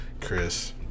Chris